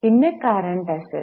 പിന്നെ current asset